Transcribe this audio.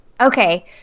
Okay